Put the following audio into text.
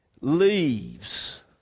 leaves